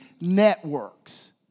networks